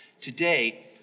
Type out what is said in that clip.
Today